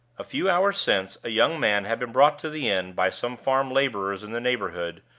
a few hours since a young man had been brought to the inn by some farm laborers in the neighborhood,